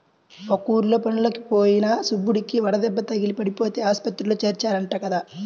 పక్కూర్లో పనులకి పోయిన సుబ్బడికి వడదెబ్బ తగిలి పడిపోతే ఆస్పత్రిలో చేర్చారంట కదా